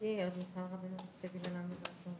רשות האוכלוסין, זה כל